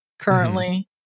currently